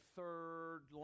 third